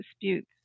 disputes